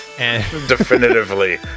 Definitively